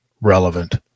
relevant